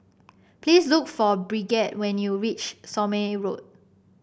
please look for Bridgett when you reach Somme Road